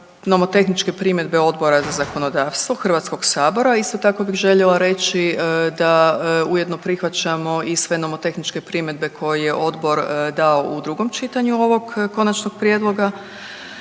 nomotehničke primjedbe Odbora za zakonodavstvo Hrvatskog sabora. Isto tako bih željela reži da ujedno prihvaćamo i sve nomotehničke primjedbe koje je odbor dao u drugom čitanju ovog konačnog prijedloga.